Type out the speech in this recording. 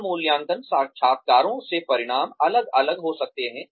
इन मूल्यांकन साक्षात्कारों से परिणाम अलग अलग हो सकते हैं